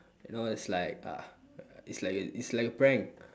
you know it's like uh it's like a it's like a prank